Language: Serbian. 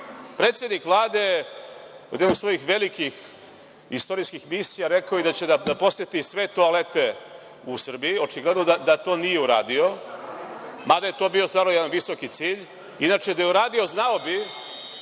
Predsednik Vlade je u jednoj od svojih velikih istorijskih misija rekao i da će da poseti sve toalete u Srbiji. Očigledno da to nije uradio, mada je to bio stvarno jedan visoki cilj. Inače, da je uradio znao bi